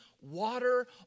water